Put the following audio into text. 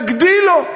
נגדיל לו,